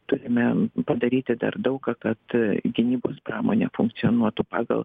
turime padaryti dar daug ką kad gynybos pramonė funkcionuotų pagal